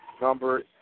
number